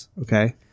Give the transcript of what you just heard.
Okay